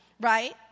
Right